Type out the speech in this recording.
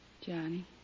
Johnny